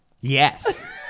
yes